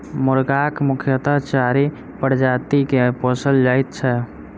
मुर्गाक मुख्यतः चारि प्रजाति के पोसल जाइत छै